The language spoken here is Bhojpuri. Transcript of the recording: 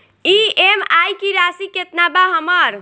ई.एम.आई की राशि केतना बा हमर?